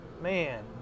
man